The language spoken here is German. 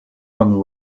von